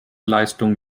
leistung